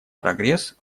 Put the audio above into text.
прогресс